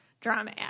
drama